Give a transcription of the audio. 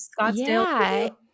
Scottsdale